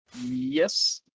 yes